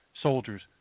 Soldiers